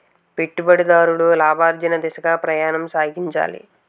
పెట్టుబడిదారులు లాభార్జన దిశగా ప్రయాణం సాగించాలి